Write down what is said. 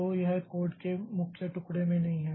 तो यह कोड के मुख्य टुकड़े में नहीं है